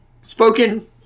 Spoken